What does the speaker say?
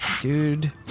Dude